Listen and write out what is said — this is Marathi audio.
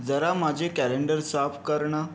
जरा माझे कॅलेंडर साफ कर ना